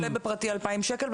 זה עולה בפרטי אלפיים שקל,